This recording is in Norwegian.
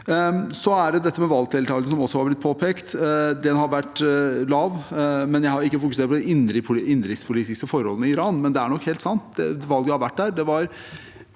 Så er det dette med valgdeltagelse, som også er blitt påpekt. Den har vært lav. Jeg har ikke fokusert på de innenrikspolitiske forholdene i Iran, men det er nok helt sant. Det har vært valg